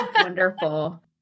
wonderful